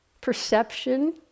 perception